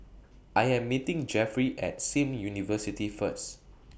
I Am meeting Jefferey At SIM University First